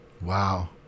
Wow